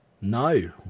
No